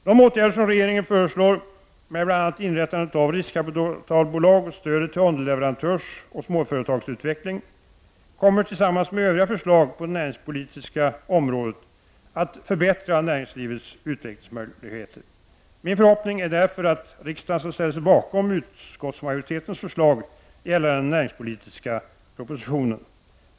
De åtgärder som regeringen föreslår, med bl.a. inrättandet av riskkapitalbolag och stödet till underleverantörsoch småföretagsutveckling, kommer tillsammans med övriga förslag på det näringspolitiska området att förbättra näringslivets utvecklingsmöjligheter. Min förhoppning är därför att riksdagen skall ställa sig bakom utskottsmajoritetens förslag gällande den näringspolitiska propositionen.